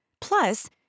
Plus